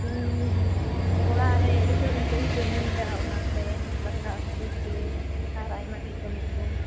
ᱚᱲᱟᱜ ᱨᱮ ᱟᱹᱰᱤ ᱡᱳᱨᱮ ᱱᱤᱛᱚᱜ ᱤᱧ ᱠᱟᱹᱢᱤ ᱭᱮᱫᱟ ᱚᱱᱟ ᱛᱮ ᱫᱟᱠᱟ ᱩᱛᱩ ᱠᱚ ᱟᱨ ᱟᱭᱢᱟ ᱰᱷᱮᱨ ᱠᱟᱹᱢᱤ ᱠᱚ